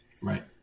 Right